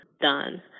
done